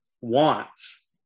wants